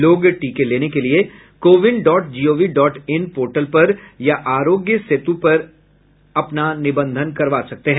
लोग टीके लेने के लिए CoWIN dot gov dot in portal पर या आरोग्य सेतु एप पर अपना निबंधन करवा सकते हैं